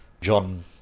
John